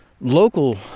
local